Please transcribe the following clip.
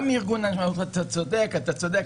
אתה צודק, אתה צודק.